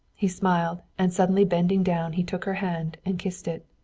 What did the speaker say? he smiled, and suddenly bending down he took her hand and kissed it.